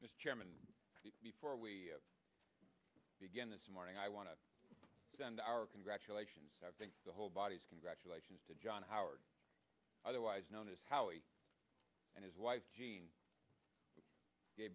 is chairman before we begin this morning i want to send our congratulations i think the whole body's congratulations to john howard otherwise known as how he and his wife jean gave